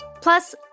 Plus